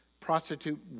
prostitute